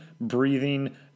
breathing